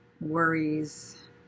worries